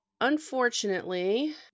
unfortunately